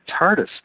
Tardis